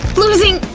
losing.